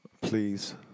Please